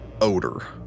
odor